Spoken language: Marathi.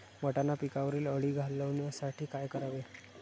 वाटाणा पिकावरील अळी घालवण्यासाठी काय करावे?